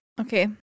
Okay